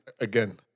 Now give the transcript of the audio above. again